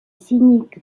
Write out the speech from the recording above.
cynique